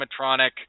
animatronic